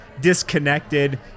disconnected